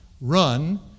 run